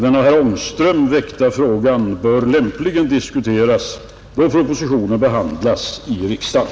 Den av herr Ångström väckta frågan bör lämpligen diskuteras då propositionen behandlas i riksdagen.